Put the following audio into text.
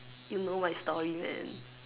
you know my story man